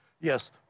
Yes